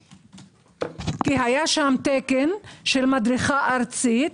כי היה שם תקן של מדריכה ארצית,